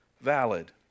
valid